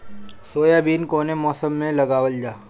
Soybean कौने मौसम में लगावल जा?